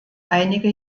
einige